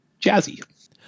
Jazzy